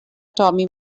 tommy